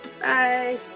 Bye